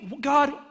God